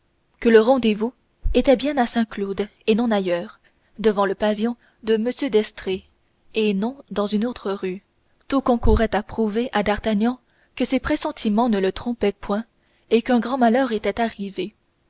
que le rendez-vous était bien à saint-cloud et non ailleurs devant le pavillon de m d'estrées et non dans une autre rue tout concourait à prouver à d'artagnan que ses pressentiments ne le trompaient point et qu'un grand malheur était arrivé